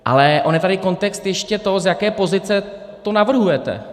Ale on je tady kontext ještě toho, z jaké pozice to navrhujete.